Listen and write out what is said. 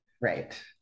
Right